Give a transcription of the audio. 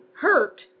hurt